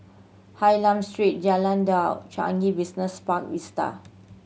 Hylam Street Jalan Dua Changi Business Park Vista